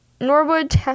Norwood